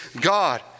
God